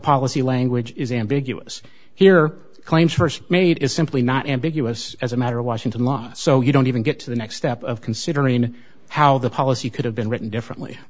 policy language is ambiguous here claims st made is simply not ambiguous as a matter of washington law so you don't even get to the next step of considering how the policy could have been written differently